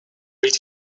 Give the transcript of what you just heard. read